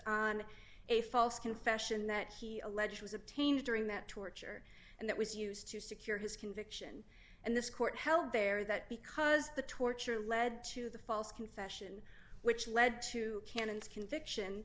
on a false confession that he alleges obtained during that torture and that was used to secure his conviction and this court held there that because the torture led to the false confession which led to canons conviction